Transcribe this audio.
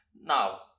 now